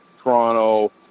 Toronto